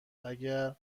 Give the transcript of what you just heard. اگر